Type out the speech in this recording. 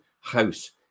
house